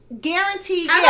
Guaranteed